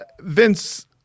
Vince